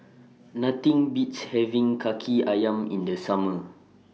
Nothing Beats having Kaki Ayam in The Summer